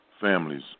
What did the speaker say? families